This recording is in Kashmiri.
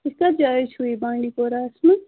تۄہہِ کَتھ جایہِ چھو یہِ بانڈی پوراہس منٛز